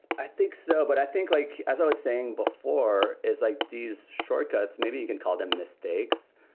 i think so, but i think like, as i was saying before, is like these shortcuts, maybe you can call them mistakes.